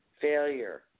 failure